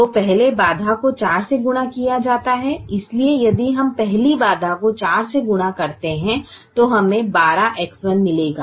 तो पहले बाधा को 4 से गुणा किया जाता है इसलिए यदि हम पहली बाधा को 4 से गुणा करते हैं तो हमें 12X1 मिलेगा